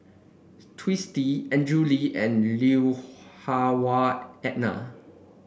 Twisstii Andrew Lee and Lui Hah Wah Elena